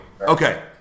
okay